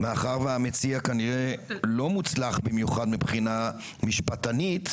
מאחר והמציע כנראה לא מוצלח במיוחד מבחינה משפטנית,